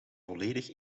volledig